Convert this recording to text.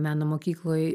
meno mokykloj